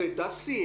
דסי,